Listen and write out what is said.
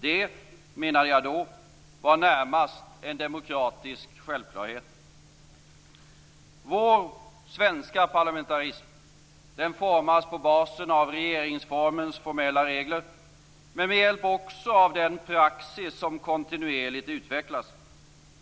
Det, menade jag då, var närmast en demokratisk självklarhet. Vår svenska parlamentarism formas på basen av regeringsformens formella regler, men också med hjälp av den praxis som kontinuerligt utvecklas.